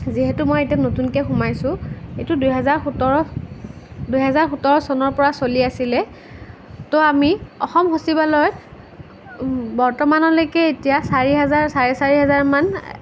যিহেতু মই এতিয়া নতুনকৈ সোমাইছোঁ এইটো দুই হাজাৰ সোতৰ দুই হাজাৰ সোতৰ চনৰ পৰা চলি আছিলে তো আমি অসম সচিবালয়ত বৰ্তমানলৈকে এতিয়া চাৰি হাজাৰ চাৰে চাৰি হাজাৰমান